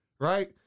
right